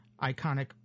iconic